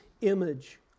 image